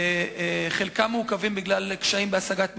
וחלקם מעוכב בגלל קשיים בהשגת מימון,